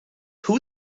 who